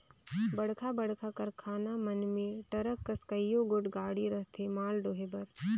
बड़खा बड़खा कारखाना मन में टरक कस कइयो गोट गाड़ी रहथें माल डोहे बर